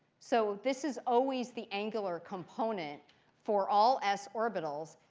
so this is always the angular component for all s orbitals.